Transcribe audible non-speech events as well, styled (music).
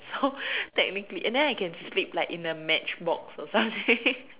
so (laughs) technically and then I can sleep like in a matchbox or something (laughs)